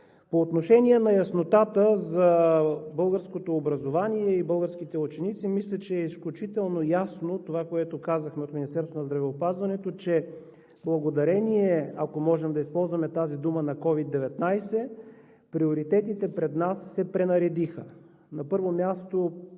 По отношение на яснотата за българското образование и българските ученици, мисля, че е изключително ясно това, което казахме от Министерството на здравеопазването, че благодарение, ако можем да използваме тази дума, на COVID-19 приоритетите пред нас се пренаредиха.